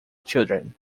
children